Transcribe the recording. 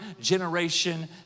generation